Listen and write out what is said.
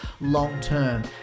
long-term